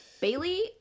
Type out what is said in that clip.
Bailey